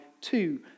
two